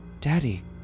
Daddy